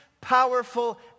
powerful